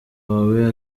wawe